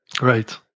Right